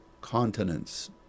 continents